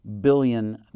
billion